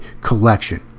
collection